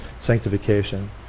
sanctification